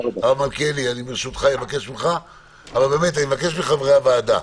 אני מבקש מחברי הוועדה,